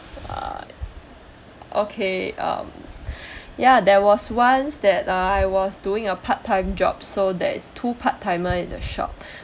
okay um ya there was once that I was doing a part-time job so there is two part-timer in the shop